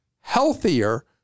healthier